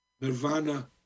Nirvana